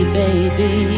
baby